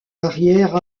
arrière